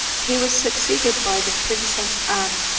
he was succeeded by the princess anne,